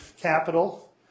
capital